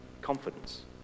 Confidence